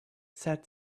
said